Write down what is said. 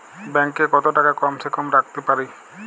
Bank এ কত টাকা কম সে কম রাখতে পারি?